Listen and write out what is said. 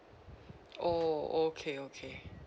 oh okay okay